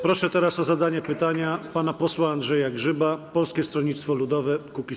Proszę teraz o zadanie pytania pana posła Andrzeja Grzyba, Polskie Stronnictwo Ludowe - Kukiz15.